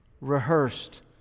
rehearsed